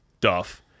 duff